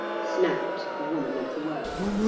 snapped the woman of the world.